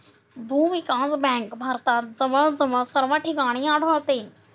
भूविकास बँक भारतात जवळजवळ सर्व ठिकाणी आढळते